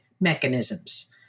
mechanisms